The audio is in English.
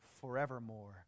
forevermore